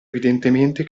evidentemente